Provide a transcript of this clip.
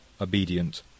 obedient